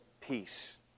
peace